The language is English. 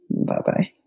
Bye-bye